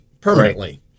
permanently